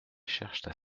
cherchent